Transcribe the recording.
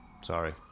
Sorry